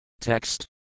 Text